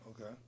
Okay